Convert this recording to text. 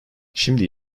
şimdi